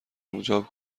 مجاب